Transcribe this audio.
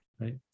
right